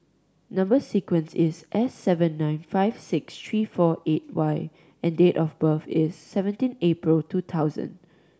number sequence is S seven nine five six three four eight Y and date of birth is seventeen April two thousand